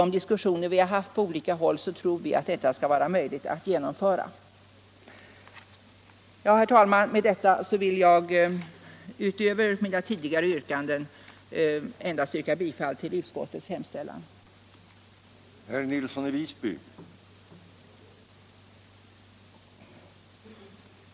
Efter de diskussioner vi haft på olika håll tror vi att detta skall vara Herr talman! Utöver mina tidigare yrkanden vill jag på övriga punkter Onsdagen den yrka bifall till utskottets hemställan. 5 maj 1976